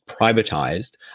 privatized